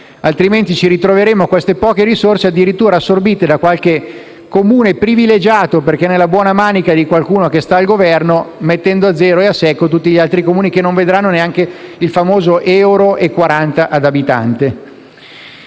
sarà, ci ritroveremo con queste poche risorse addirittura assorbite da qualche Comune privilegiato, perché nella buona manica di qualcuno che sta al Governo, lasciando a secco tutti gli altri Comuni, che non vedranno neanche il famoso 1,40 euro per abitante.